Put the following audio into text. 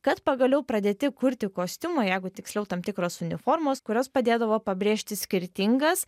kad pagaliau pradėti kurti kostiumo jeigu tiksliau tam tikros uniformos kurios padėdavo pabrėžti skirtingas